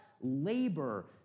Labor